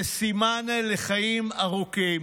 זה סימן לחיים ארוכים.